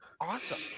awesome